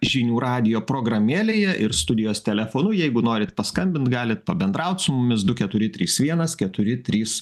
žinių radijo programėlėje ir studijos telefonu jeigu norit paskambint galit pabendraut su mumis du keturi trys vienas keturi trys